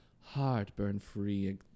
heartburn-free